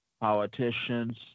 politicians